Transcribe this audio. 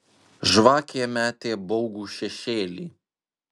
žvakė metė baugų šešėlį